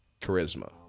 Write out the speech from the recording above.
charisma